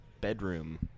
bedroom